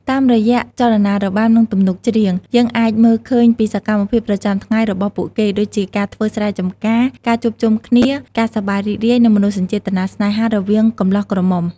តាមរយៈចលនារបាំ និងទំនុកច្រៀង យើងអាចមើលឃើញពីសកម្មភាពប្រចាំថ្ងៃរបស់ពួកគេ ដូចជាការធ្វើស្រែចម្ការ ការជួបជុំគ្នា ការសប្បាយរីករាយ និងមនោសញ្ចេតនាស្នេហារវាងកំលោះក្រមុំ។